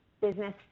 business